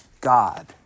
God